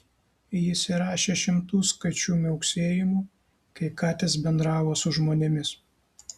jis įrašė šimtus kačių miauksėjimų kai katės bendravo su žmonėmis